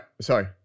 sorry